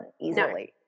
easily